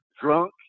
drunk